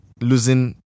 losing